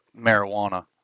marijuana